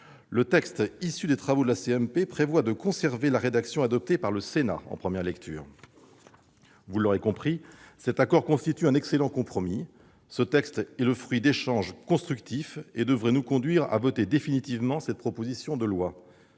du droit à résiliation, le texte prévoit de conserver la rédaction adoptée par le Sénat en première lecture. Vous l'aurez compris, cet accord constitue un excellent compromis. Le texte est le fruit d'échanges constructifs et devrait nous conduire à voter définitivement cette proposition de loi.